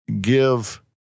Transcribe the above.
give